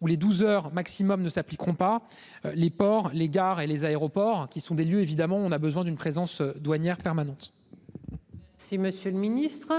où les 12h maximum ne s'appliqueront pas les ports, les gares et les aéroports qui sont des lieux évidemment on a besoin d'une présence douanière permanente. Si Monsieur le ministre.